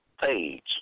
page